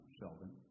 Sheldon